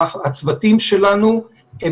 הצוותים שלנו הם